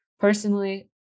Personally